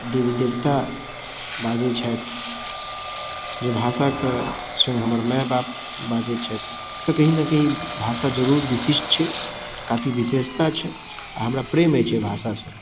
देवी देवता बाजै छथि जे भाषाके स्वयं हमरमाय बाप बाजै छथि तऽ कहीं ने कहीं भाषा जरुर विशिष्ट छै काफी विशेषता छै आओर हमरा प्रेम अछि अइ भाषासँ